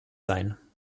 sein